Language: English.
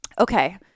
okay